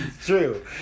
true